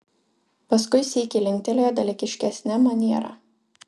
paskui sykį linktelėjo dalykiškesne maniera